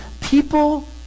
People